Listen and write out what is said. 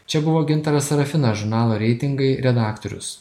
čia buvo gintaras serafinas žurnalo reitingai redaktorius